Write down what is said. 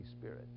Spirit